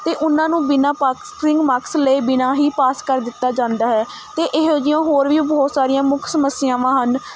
ਅਤੇ ਉਹਨਾਂ ਨੂੰ ਬਿਨਾਂ ਪਾਸਿੰਗ ਮਾਰਕਸ ਲਏ ਬਿਨਾਂ ਹੀ ਪਾਸ ਕਰ ਦਿੱਤਾ ਜਾਂਦਾ ਹੈ ਅਤੇ ਇਹੋ ਜਿਹੀਆਂ ਹੋਰ ਵੀ ਬਹੁਤ ਸਾਰੀਆਂ ਮੁੱਖ ਸਮੱਸਿਆਵਾਂ ਹਨ